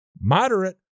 moderate